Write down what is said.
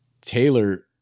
Taylor